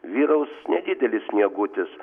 vyraus nedidelis sniegutis